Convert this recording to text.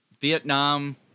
Vietnam